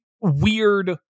weird